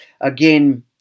again